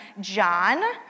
John